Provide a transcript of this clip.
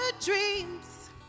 dreams